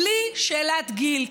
בלי שאלת גיל,